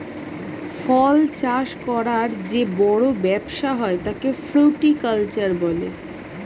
ফল চাষ করার যে বড় ব্যবসা হয় তাকে ফ্রুটিকালচার বলে